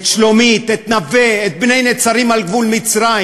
את שלומית, את נווה, את בני-נצרים, על גבול מצרים.